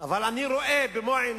זה עלים רחבים, של עץ.